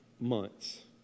months